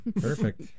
Perfect